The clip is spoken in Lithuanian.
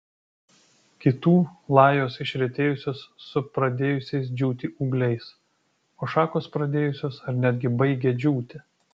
kitų lajos išretėjusios su pradėjusiais džiūti ūgliais o šakos pradėjusios ar netgi baigia džiūti